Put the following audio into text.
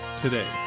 today